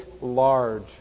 large